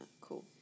cool